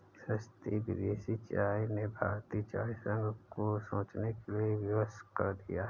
सस्ती विदेशी चाय ने भारतीय चाय संघ को सोचने के लिए विवश कर दिया है